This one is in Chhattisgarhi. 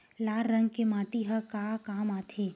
लाल रंग के माटी ह का काम आथे?